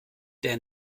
der